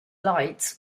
lights